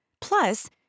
Plus